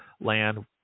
land